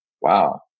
wow